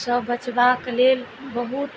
सब बचबाक लेल बहुत